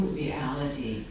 reality